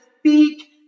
speak